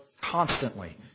constantly